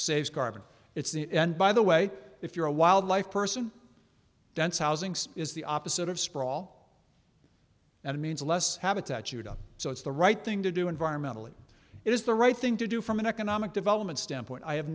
saves carbon it's the end by the way if you're a wildlife person dense housing so is the opposite of sprawl and means less habitat chewed up so it's the right thing to do environmentally it is the right thing to do from an economic development standpoint i have